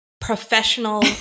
professional